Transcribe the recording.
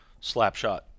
Slapshot